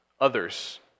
others